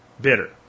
bitter